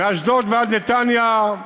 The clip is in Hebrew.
מאשדוד ועד נתניה,